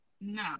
no